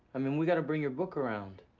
i mean, we gotta bring your book around.